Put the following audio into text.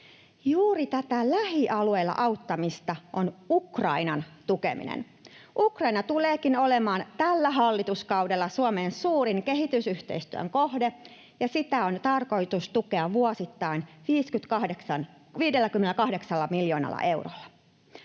Juuri tätä lähialueilla auttamista on Ukrainan tukeminen. Ukraina tuleekin olemaan tällä hallituskaudella Suomen suurin kehitysyhteistyön kohde, ja sitä on tarkoitus tukea vuosittain 58 miljoonalla eurolla.